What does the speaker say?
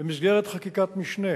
במסגרת חקיקת משנה,